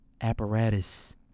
apparatus